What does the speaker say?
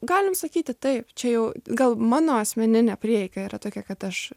galim sakyti taip čia jau gal mano asmeninė prieiga yra tokia kad aš